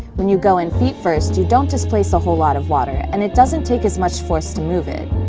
when you go in feet first, you don't displace a whole lot of water, and it doesn't take as much force to move it.